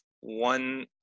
One